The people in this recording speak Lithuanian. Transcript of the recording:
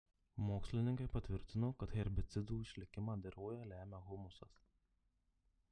mokslininkai patvirtino kad herbicidų išlikimą dirvoje lemia humusas